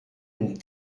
une